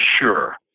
sure